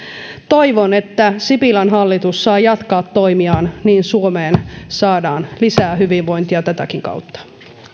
toivon että sipilän hallitus saa jatkaa toimiaan niin että suomeen saadaan lisää hyvinvointia tätäkin kautta